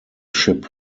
ship